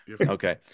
Okay